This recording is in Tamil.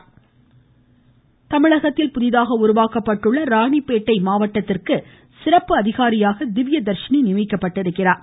இராணிப் பேட்டை தமிழகத்தில் புதிதாக உருவாக்கப்பட்டுள்ள இராணிப் பேட்டை மாவட்டத்திற்கு சிறப்பு அதிகாரியாக திவ்ய தர்ஷினி நியமிக்கப்பட்டிருக்கிறார்